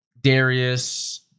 Darius